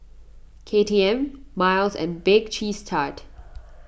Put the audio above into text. K T M Miles and Bake Cheese Tart